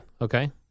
Okay